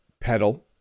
pedal